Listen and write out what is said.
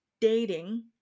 dating